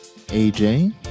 aj